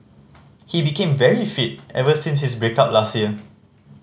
he became very fit ever since his break up last year